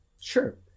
sure